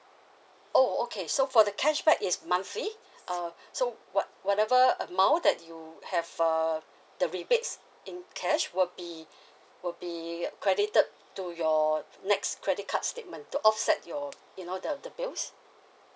oh okay so for the cashback it's monthly uh so what~ whatever amount that you have err the rebates in cash will be will be credited to your next credit card statement to offset your you know the the bills